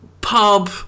pub